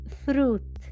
fruit